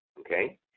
Okay